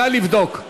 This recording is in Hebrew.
נא לבדוק.